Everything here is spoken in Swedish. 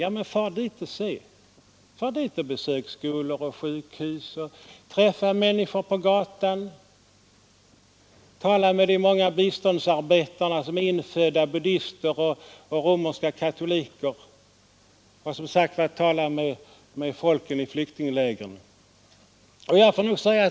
Men far dit och se! Besök skolor och sjukhus och träffa människor på gatan! Tala med de många biståndsarbetare som är infödda buddister eller romerska katoliker! Tala med folket i flyktinglägren!